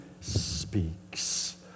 speaks